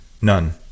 None